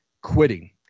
quitting